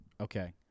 okay